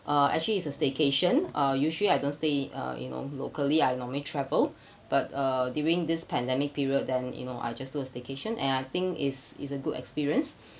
uh actually it's a staycation uh usually I don't stay uh you know locally I normally travel but uh during this pandemic period then you know I just do a staycation and I think it's it's a good experience